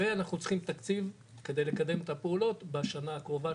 ואנחנו צריכים תקציב על מנת לקדם את הפעולות בשנה הקרובה,